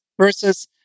versus